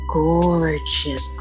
gorgeous